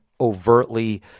overtly